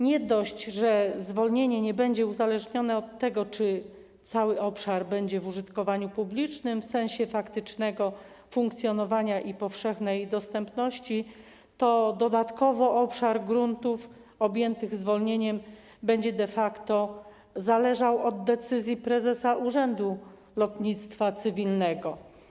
Nie dość, że zwolnienie nie będzie uzależnione od tego, czy cały obszar będzie w użytkowaniu publicznym w sensie faktycznego funkcjonowania i powszechnej dostępności, to dodatkowo obszar gruntów objętych zwolnieniem będzie de facto zależał od decyzji prezesa Urzędu Lotnictwa Cywilnego.